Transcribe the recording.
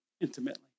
intimately